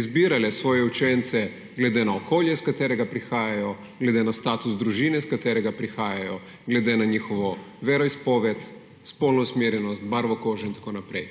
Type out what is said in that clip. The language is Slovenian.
izbirale svoje učence glede na okolje, iz katerega prihajajo, glede na status družine, iz katerega prihajajo, glede na njihovo veroizpoved, spolno usmerjenost, barvo kože in tako naprej.